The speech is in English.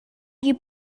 you